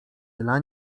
dla